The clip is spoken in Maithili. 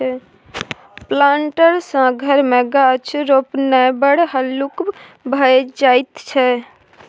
प्लांटर सँ घर मे गाछ रोपणाय बड़ हल्लुक भए जाइत छै